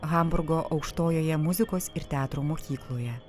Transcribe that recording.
hamburgo aukštojoje muzikos ir teatro mokykloje